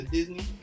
Disney